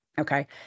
Okay